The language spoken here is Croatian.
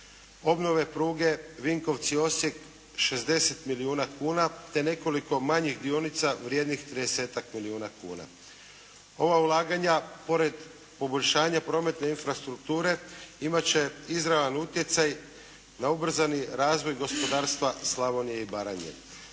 obnove pruge Vinkovci-Osijek 60 milijuna kuna te nekoliko manjih dionica vrijednih tridesetak milijuna kuna. Ova ulaganja pored poboljšanja prometne infrastrukture imat će izravan utjecaj na ubrzani razvoj gospodarstva Slavonije i Baranje